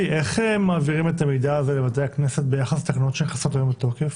איך מעבירים את המידע הזה לבתי הכנסת ביחס לתקנות שנכנסות היום לתוקף?